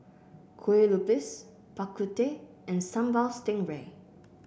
Kueh Lupis Bak Kut Teh and Sambal Stingray